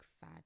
fat